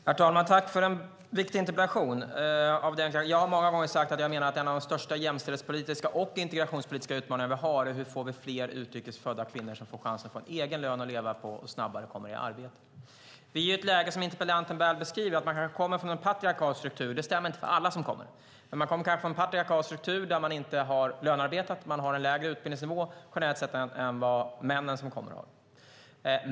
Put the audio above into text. Herr talman! Jag tackar Maria Stenberg för en viktig interpellation. Jag har många gånger sagt att jag menar att en av de största jämställdhetspolitiska och integrationspolitiska utmaningar vi har är hur vi får fler utrikes födda kvinnor som får en chans att få en egen lön att leva på och hur de snabbare kommer i arbete. Vi är i ett läge som interpellanten väl beskriver. Kvinnorna kanske kommer från en patriarkalisk struktur. Det stämmer inte på alla som kommer, men många kommer från en patriarkalisk struktur där de inte har lönearbetat. De har generellt sett en lägre utbildningsnivå än vad de män som kommer har.